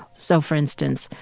so, for instance,